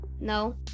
No